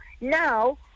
now